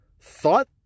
thought